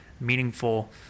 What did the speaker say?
meaningful